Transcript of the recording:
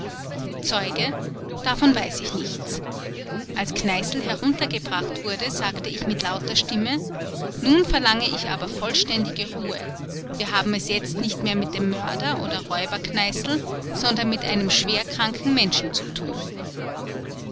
zeuge davon weiß ich nichts als kneißl heruntergebracht wurde sagte ich mit lauter stimme nun verlange ich aber vollständige ruhe wir haben es jetzt nicht mehr mit dem räuber oder mörder kneißl sondern mit einem schwerkranken menschen zu tun